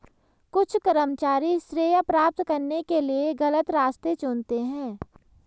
कुछ कर्मचारी श्रेय प्राप्त करने के लिए गलत रास्ते चुनते हैं